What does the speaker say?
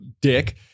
dick